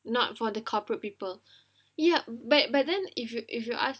not for the corporate people yeap but but then if you if you ask